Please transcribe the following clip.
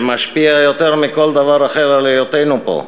שמשפיע יותר מכל דבר אחד על היותנו פה.